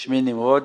שמי נמרוד.